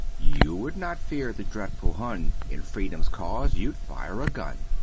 you would not fear the dreadful hun, in freedom's cause you'd fire a gun.